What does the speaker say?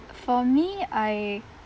for me I